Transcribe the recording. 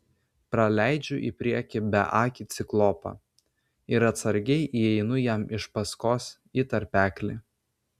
praleidžiu į priekį beakį ciklopą ir atsargiai įeinu jam iš paskos į tarpeklį